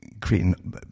creating